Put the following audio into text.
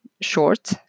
short